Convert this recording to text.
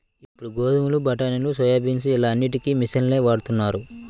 ఇప్పుడు గోధుమలు, బఠానీలు, సోయాబీన్స్ ఇలా అన్నిటికీ మిషన్లనే వాడుతున్నారు